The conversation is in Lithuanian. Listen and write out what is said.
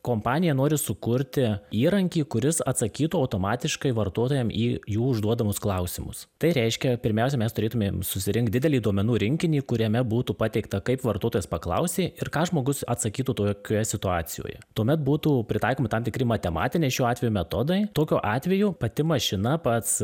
kompanija nori sukurti įrankį kuris atsakytų automatiškai vartotojam į jų užduodamus klausimus tai reiškia pirmiausia mes turėtumėm susirinkt didelį duomenų rinkinį kuriame būtų pateikta kaip vartotojas paklausė ir ką žmogus atsakytų tokioje situacijoje tuomet būtų pritaikomi tam tikri matematiniai šiuo atveju metodai tokiu atveju pati mašina pats